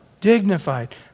dignified